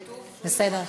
כתוב: שולי מועלם-רפאלי.